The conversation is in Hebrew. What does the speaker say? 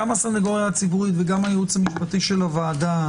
גם הסנגוריה הציבורית וגם הייעוץ המשפטי של הוועדה,